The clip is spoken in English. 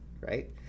right